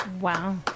Wow